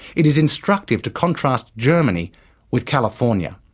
it is instructive to contrast germany with california.